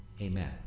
Amen